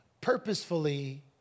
purposefully